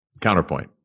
Counterpoint